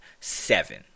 seven